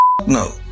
No